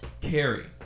Carrie